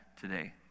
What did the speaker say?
today